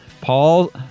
Paul